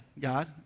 God